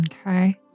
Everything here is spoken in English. Okay